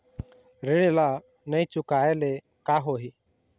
ऋण ला नई चुकाए ले का होही?